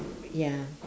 ya